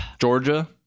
Georgia